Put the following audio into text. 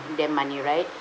give them money right